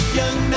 young